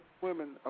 women